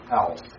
else